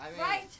Right